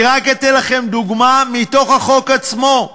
אני רק אתן לכם דוגמה מתוך החוק עצמו: